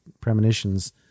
premonitions